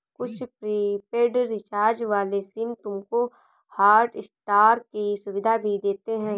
कुछ prepaid recharge वाले SIM तुमको हॉटस्टार की सुविधा भी देते हैं